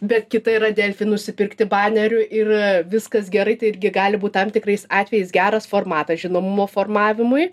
bet kita yra delfi nusipirkti banerių ir viskas gerai tai irgi gali būt tam tikrais atvejais geras formatas žinomumo formavimui